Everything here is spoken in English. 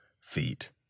feet